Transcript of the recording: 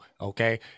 Okay